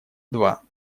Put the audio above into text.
два